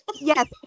Yes